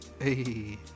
Hey